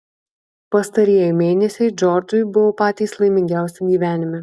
pastarieji mėnesiai džordžui buvo patys laimingiausi gyvenime